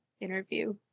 interview